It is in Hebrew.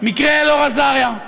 מקרה אלאור אזריה,